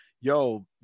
yo